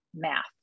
math